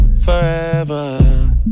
Forever